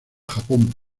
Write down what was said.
japón